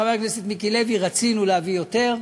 חבר הכנסת מיקי לוי, רצינו להביא יותר,